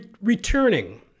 returning